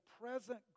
present